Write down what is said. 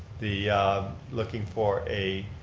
the looking for a.